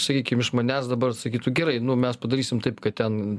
sakykim iš manęs dabar sakytų gerai nu mes padarysim taip kad ten